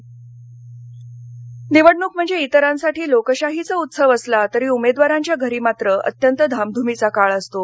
लातर प्रचार निवडणुक म्हणजे इतरांसाठी लोकशाहीचा उत्सव असला तरी उमेदवारांच्या घरी मात्र अत्यंत धामधूमीचा काळ असतो